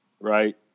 right